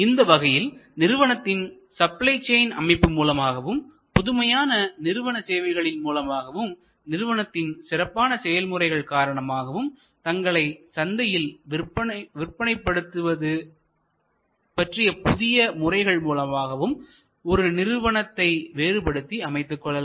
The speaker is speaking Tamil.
இந்த வகையில் நிறுவனத்தின் சப்ளை செயின் அமைப்பு மூலமாகவும் புதுமையான நிறுவன சேவைகளில் மூலமாகவும் நிறுவனத்தின் சிறப்பான செயல்முறைகள் காரணமாகவும் தங்களை சந்தையில் விற்பனைபடுத்தும் புதிய முறைகள் மூலமாகவும் ஒரு நிறுவனத்தை வேறுபடுத்தி அமைத்துக்கொள்ளலாம்